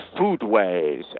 foodways